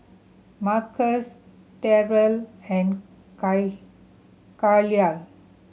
Marquis Terell and Kahlil